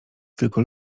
tylko